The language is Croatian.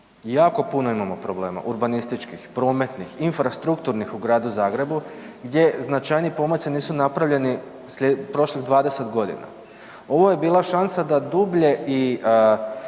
Jako puno imamo problema urbanističkih, prometnih, infrastrukturnih u gradu Zagrebu gdje značajniji pomaci nisu napravljeni prošlih 20 godina. Ovo je bila šansa da dublje i